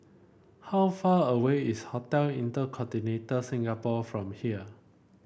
how far away is Hotel Inter Continental Singapore from here